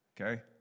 Okay